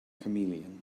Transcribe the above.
chameleon